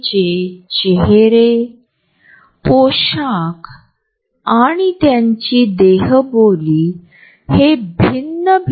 आम्हाला त्यांच्यापासून काही अंतर कायम ठेवायचे की जास्त निकटता दाखवायची आहे हे ठरविले जाते